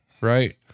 right